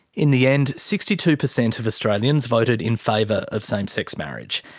in the end, sixty two per-cent of australians voted in favour of same-sex marriage.